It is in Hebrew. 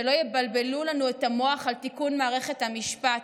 שלא יבלבלו לנו את המוח על תיקון מערכת המשפט,